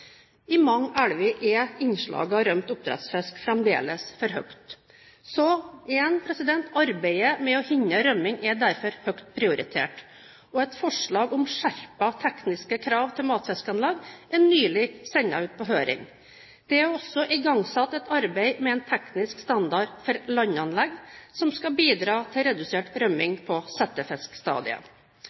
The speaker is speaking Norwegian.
I mange elver er innslaget av rømt oppdrettsfisk fremdeles for høyt. Så igjen, arbeidet med å hindre rømming er derfor høyt prioritert, og et forslag om skjerpede tekniske krav til matfiskanlegg er nylig sendt ut på høring. Det er også igangsatt et arbeid med en teknisk standard for landanlegg som skal bidra til redusert rømming på settefiskstadiet.